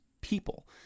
people